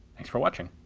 thanks for watching.